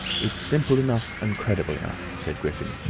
it's simple enough and credible enough, said griffin,